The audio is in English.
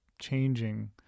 changing